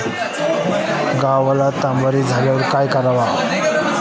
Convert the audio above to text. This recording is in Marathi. गव्हाला तांबेरा झाल्यास काय करावे?